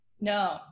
No